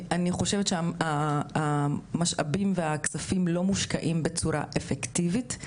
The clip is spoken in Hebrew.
אני חושבת שמשאבים וכספים לא מושקעים בצורה אפקטיבית.